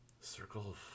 Circle